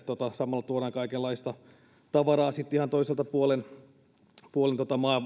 samalla tuodaan kaikenlaista tavaraa sitten ihan toiselta puolen puolen